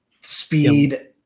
speed